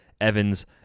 Evans